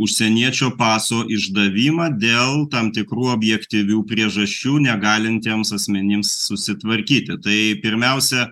užsieniečio paso išdavimą dėl tam tikrų objektyvių priežasčių negalintiems asmenims susitvarkyti tai pirmiausia